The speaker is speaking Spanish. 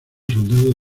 soldado